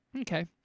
Okay